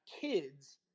kids